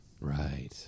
Right